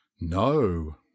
no